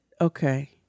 okay